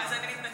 אז אני מתנצלת,